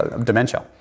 dementia